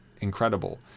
incredible